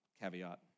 Caveat